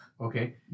Okay